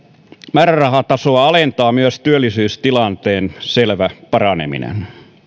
määrärahatasoa alentaa myös työllisyystilanteen selvä paraneminen